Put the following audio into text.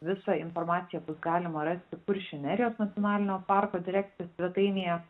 visą informaciją bus galima rasti kuršių nerijos nacionalinio parko direkcijos svetainėje